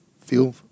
feel